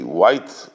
white